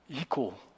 equal